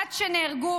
עד שנהרגו